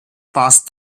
past